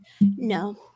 No